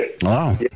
Wow